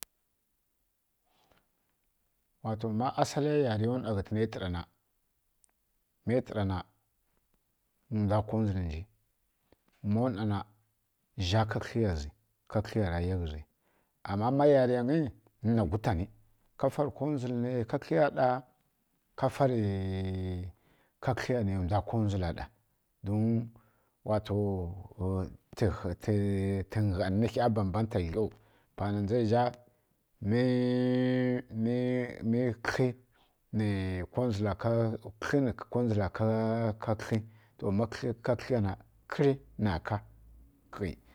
Wato ma asaliya yariya ˈwna ghǝtǝna itǝra na ma itǝra na ndwa kondzulǝ nji ma ˈwna na zha ka kǝgliya zi ka kǝgliya ra ya ghǝzi ama ma yariyangyi na gwutani ka fari konwdzulǝ nǝ ndwa ka kǝgliya ɗa ka fari ndwa ka kǝgliya nai ndwa konwdzulǝ ɗa wato tǝngyanǝ ri kha mbam mbanta glau pana ndza zǝ zha mi kǝkli nǝ konwdzula ka kǝklǝ na kǝdli nǝ ka kǝgliya ka khi